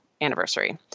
anniversary